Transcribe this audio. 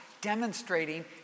demonstrating